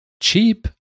cheap